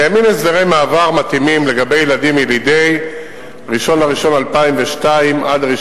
קיימים הסדרי מעבר מתאימים לגבי ילדים ילידי 1 בינואר 2002 עד 1